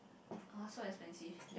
ah so expensive